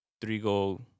three-goal